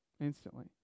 instantly